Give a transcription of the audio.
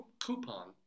coupon